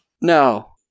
No